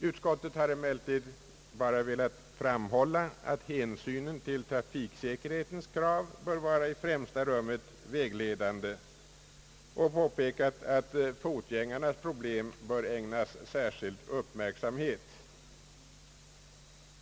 Utskottet har bara velat framhålla, att hänsyn till trafiksäkerhetens krav i främsta rummet bör vara vägledande och påpekat att fotgängarnas problem bör ägnas särskild uppmärksamhet.